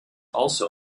also